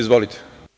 Izvolite.